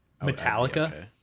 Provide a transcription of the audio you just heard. Metallica